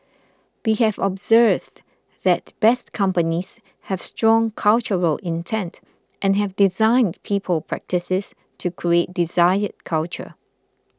we have observed that Best Companies have strong cultural intent and have designed people practices to create desired culture